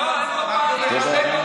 טוען שאתה, להתבולל זה המגפה הכי גדולה שלנו.